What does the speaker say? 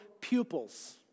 pupils